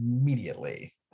immediately